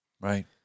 Right